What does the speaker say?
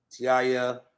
Tiaia